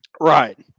Right